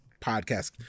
podcast